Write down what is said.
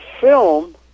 film